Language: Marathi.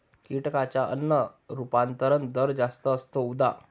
कीटकांचा अन्न रूपांतरण दर जास्त असतो, उदा